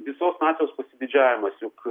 visos nacijos pasididžiaimas juk